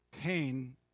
Pain